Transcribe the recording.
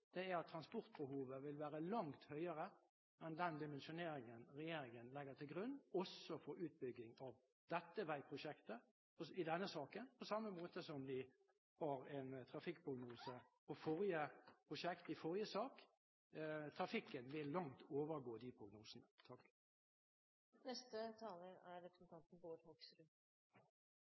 på, er at transportbehovet vil være langt høyere enn den dimensjoneringen regjeringen legger til grunn, også for utbygging av veiprosjektet i denne saken, på samme måte som vi har en trafikkprognose for prosjektet i forrige sak. Trafikken vil langt overgå de prognosene. Egentlig lurer jeg på om representanten